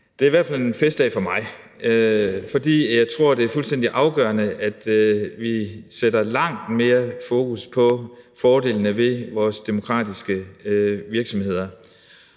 Det er i hvert fald en festdag for mig, for jeg tror, det er fuldstændig afgørende, at vi sætter langt mere fokus på fordelene ved vores demokratiske virksomheder.